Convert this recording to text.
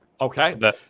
okay